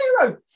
zero